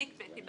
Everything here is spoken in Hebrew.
אני הקפאתי,